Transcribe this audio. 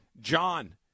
John